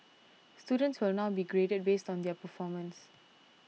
students will now be graded based on their own performance